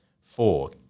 four